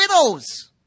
widows